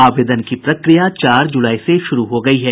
आवेदन की प्रक्रिया चार जुलाई से शुरू हो गयी है